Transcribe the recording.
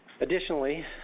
Additionally